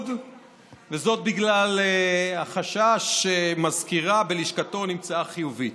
בגלל החשש שמזכירה בלשכתו נמצאה חיובית.